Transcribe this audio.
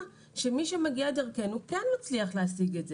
שמי שמגיע דרכנו כן מצליח להשיג את זה.